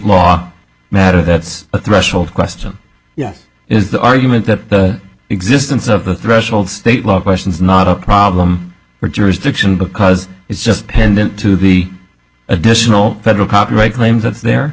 law matter that's a threshold question yes is the argument that the existence of the threshold state law question is not a problem for jurisdiction because it's just pendant to the additional federal copyright claims that there